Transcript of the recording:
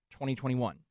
2021